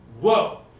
whoa